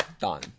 Done